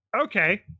Okay